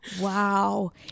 wow